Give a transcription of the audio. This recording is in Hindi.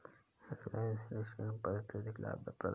रिलायंस इंडस्ट्रीज की संपत्ति अत्यधिक लाभप्रद है